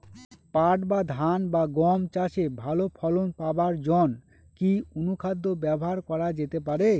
পাট বা ধান বা গম চাষে ভালো ফলন পাবার জন কি অনুখাদ্য ব্যবহার করা যেতে পারে?